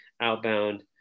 outbound